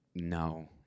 No